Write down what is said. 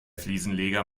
fliesenleger